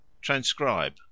Transcribe